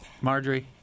Marjorie